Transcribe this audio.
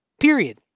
Period